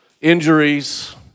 injuries